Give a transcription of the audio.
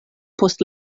post